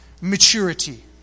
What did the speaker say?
maturity